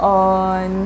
on